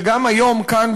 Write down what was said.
וגם היום כאן,